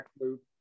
loop